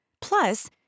Plus